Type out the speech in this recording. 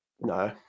no